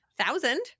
thousand